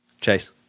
Chase